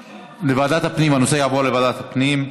הנושא יעבור לוועדת הפנים.